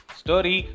story